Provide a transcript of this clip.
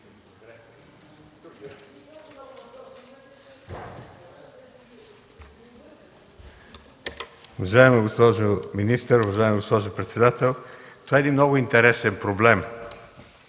Уважаема госпожо министър, уважаема госпожо председател! Това е един много интересен проблем.